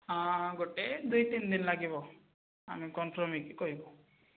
ହଁ ଗୋଟେ ଦୁଇ ତିନି ଦିନ ଲାଗିବ ଆମେ କନଫ୍ରମ୍ ହୋଇକି କହିବୁ